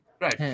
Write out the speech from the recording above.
right